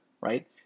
right